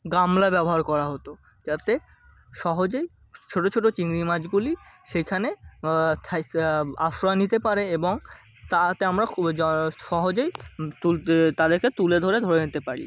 গামলা ব্যবহার করা হতো যাতে সহজেই ছোটো ছোটো চিংড়ি মাছগুলি সেখানে থাই আশ্রয় নিতে পারে এবং তাতে আমরা খু যা সহজেই তুল তাদেরকে তুলে ধরে ধরে নিতে পারি